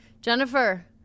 Jennifer